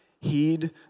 Heed